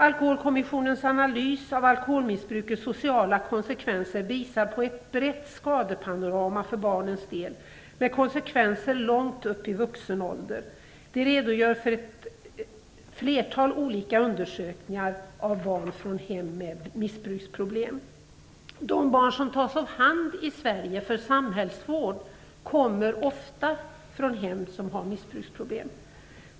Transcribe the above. Alkoholkommissionens analys av alkoholmissbrukets sociala konsekvenser visar på ett brett skadepanorama för barnens del, med konsekvenser långt upp i vuxen ålder. Alkoholkommissionen redogör för ett flertal olika undersökningar av barn från hem med missbruksproblem. De barn som i Sverige tas om hand för samhällsvård kommer ofta från hem med missbruksproblem.